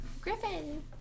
Griffin